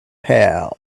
pair